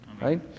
Right